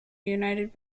united